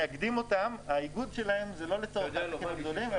מאגדים אותם האיגוד שלהם זה לא לצורך העסקים הגדולים,